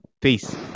peace